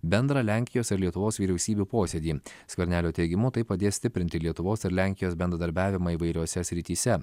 bendrą lenkijos ir lietuvos vyriausybių posėdį skvernelio teigimu tai padės stiprinti lietuvos ir lenkijos bendradarbiavimą įvairiose srityse